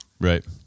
Right